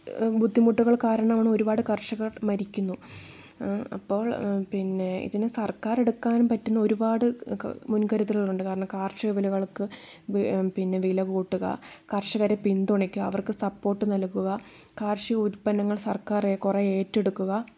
ബുദ്ധിമുട്ടുകൾ കാരണമാണ് ഒരുപാട് കർഷകർ മരിക്കുന്നു അപ്പോൾ പിന്നേ ഇതിന് സർക്കാർ എടുക്കാൻ പറ്റുന്ന ഒരുപാട് മുൻകരുതലുകൾ ഉണ്ട് കാരണം കാർഷിക വിളകൾക്ക് പിന്നെ വില കൂട്ടുക കർഷകരെ പിന്തുണയ്ക്കുക അവർക്ക് സപ്പോർട്ട് നൽകുക കാർഷിക ഉത്പന്നങ്ങൾ സർക്കാർ കുറെ ഏറ്റെടുക്കുക